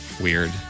weird